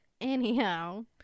Anyhow